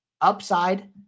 upside